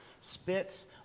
spits